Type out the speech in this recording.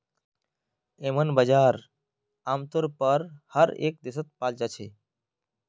येम्मन बजार आमतौर पर हर एक देशत पाल जा छे